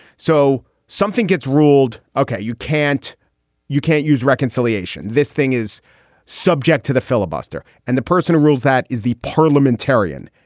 so something gets ruled, ok? you can't you can't use reconciliation. this thing is subject to the filibuster and the personal rules. that is the parliamentarian.